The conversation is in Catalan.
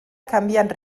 canviant